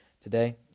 today